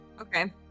Okay